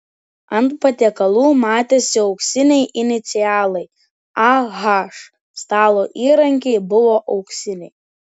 ant patiekalų matėsi auksiniai inicialai ah stalo įrankiai buvo auksiniai